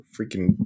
freaking